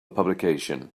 publication